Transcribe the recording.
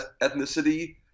ethnicity